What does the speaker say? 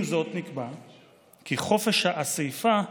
עם זאת, נקבע כי "חופש האספה"